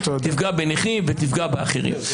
תפגע בנכים ותפגע באחרים.